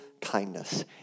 kindness